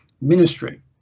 ministry